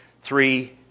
three